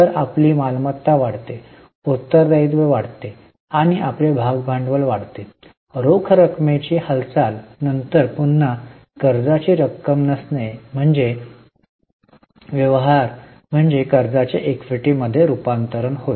तर आपली मालमत्ता वाढते उत्तर दायित्व वाढते आणि आपले भाग भांडवल वाढते रोख रकमेची हालचाल नंतर पुन्हा कर्जाची रक्कम नसणे म्हणजे व्यवहार म्हणजे कर्जाचे इक्विटीमध्ये रूपांतरण होय